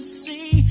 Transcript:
see